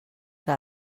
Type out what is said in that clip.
que